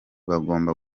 bagomba